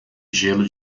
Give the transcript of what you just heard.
gelo